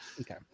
Okay